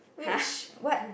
wish what